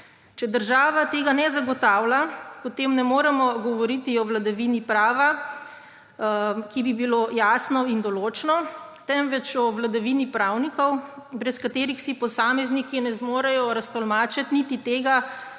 Če država tega ne zagotavlja, potem ne moremo govoriti o vladavini prava, ki bi bilo jasno in določno, temveč o vladavini pravnikov, brez katerih si posamezniki ne zmorejo raztolmačiti niti tega,